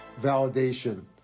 validation